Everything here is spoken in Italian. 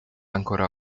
ancora